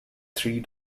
three